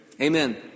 Amen